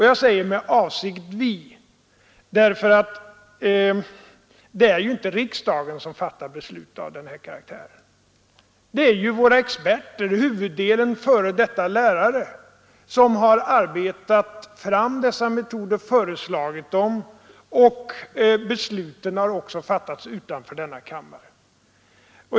Jag säger med avsikt ”vi”, för det är ju inte riksdagen som fattar beslut av den här karaktären, utan det är våra experter — huvuddelen f. d. lärare — som har arbetat fram metoderna och föreslagit dem. Besluten har också fattats utanför denna kammare.